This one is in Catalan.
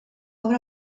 obra